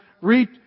Read